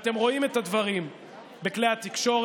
ואתם רואים את הדברים בכלי התקשורת,